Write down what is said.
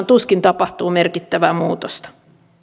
tuskin tapahtuu merkittävää muutosta